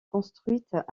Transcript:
construites